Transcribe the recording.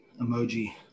emoji